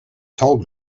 told